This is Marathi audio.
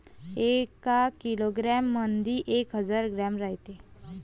एका किलोग्रॅम मंधी एक हजार ग्रॅम रायते